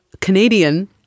Canadian